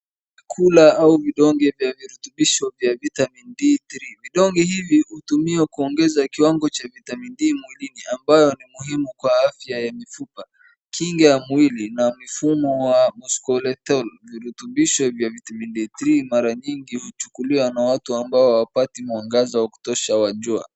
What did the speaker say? Vyakula au vidonge vya virutubisho vya vitamin D three . Vidonge hivi hutumiwa kuongeza kiwango cha vitamin D mwilini ambayo ni muhimu kwa afya ya mifupa. Kinga ya mwili na mifumo ya musculoskeletal . Virutubisho vya vitamin D three mara nyingi huchukuliwa na watu ambao hawapati mwangaza wa kutosha wa jua.